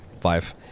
five